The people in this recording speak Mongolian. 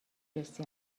байсан